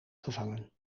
gevangen